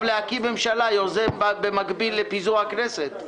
להקים ממשלה יוזם במקביל את פיזור הכנסת.